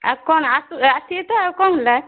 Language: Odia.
ଆଉ କ'ଣ ଆସି ଆସିବେ ତ ଆଉ କ'ଣ ହେଲା